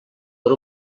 per